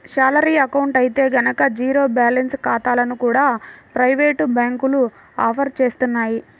salary account అయితే గనక zero balance ఖాతాలను కూడా ప్రైవేటు బ్యాంకులు ఆఫర్ చేస్తున్నాయి